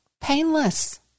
painless